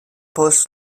post